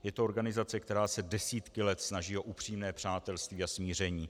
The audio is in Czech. Je to organizace, která se desítky let snaží o upřímné přátelství a smíření.